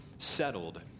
settled